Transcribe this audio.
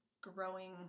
growing